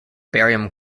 barium